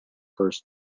first